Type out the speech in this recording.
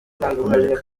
gukomereka